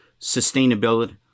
sustainability